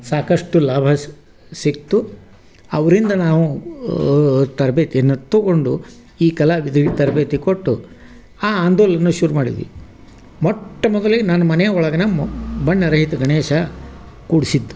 ಸಾಕಷ್ಟು ಲಾಭ ಸಿಕ್ತು ಅವರಿಂದ ನಾವು ತರಬೇತಿಯನ್ನು ತೊಗೊಂಡು ಈ ಕಲಾವಿದ್ರಿಗೆ ತರಬೇತಿ ಕೊಟ್ಟು ಆ ಆಂದೋಲನ ಶುರುಮಾಡಿದ್ವಿ ಮೊಟ್ಟ ಮೊದಲಿಗೆ ನಾನು ಮನೆ ಒಳಗೇನ ಮ್ ಬಣ್ಣರಹಿತ ಗಣೇಶ ಕೂಡಿಸಿದ್ದು